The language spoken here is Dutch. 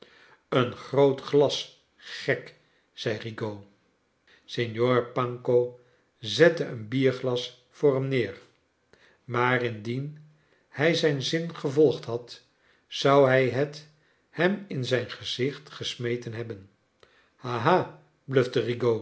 een groot glas gek zei rigaud signor panco zette een bierglas voor hem neer maar indien hij zijn zin gevolgd had zou hij het hem in zijn gezicht gesmeten hebben haha